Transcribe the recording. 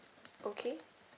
okay